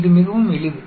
இது மிகவும் எளிது